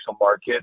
market